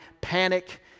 panic